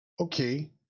okay